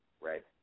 Right